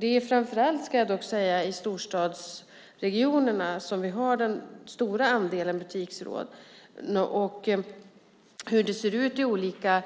Det är framför allt ska jag dock säga storstadsregionerna som har den stora andelen butiksrånen. Hur det ser ut i olika